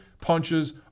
punches